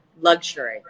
luxury